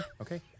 Okay